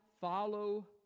follow